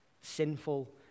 sinful